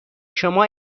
شما